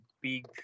big